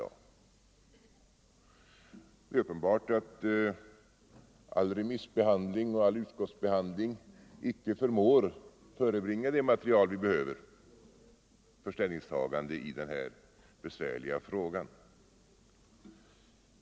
Det är uppenbart att all remissbehandling och all utskottsbehandling icke förmår förebringa det material vi behöver för ställningstagande i den här besvärliga frågan.